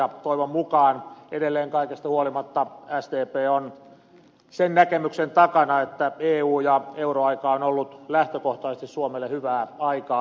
toivon mukaan edelleen kaikesta huolimatta sdp on sen näkemyksen takana että eu ja euroaika on ollut lähtökohtaisesti suomelle hyvää aikaa